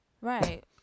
Right